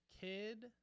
Kid